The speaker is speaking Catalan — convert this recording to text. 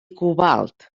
cobalt